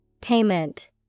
Payment